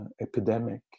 epidemic